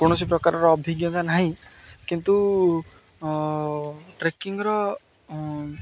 କୌଣସି ପ୍ରକାରର ଅଭିଜ୍ଞତା ନାହିଁ କିନ୍ତୁ ଟ୍ରେକିଂର